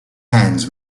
hands